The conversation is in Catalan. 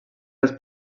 dels